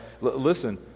listen